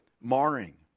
marring